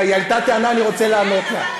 היא העלתה טענה, אני רוצה לענות לה.